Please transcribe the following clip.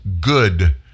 good